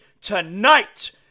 tonight